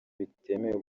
bitemewe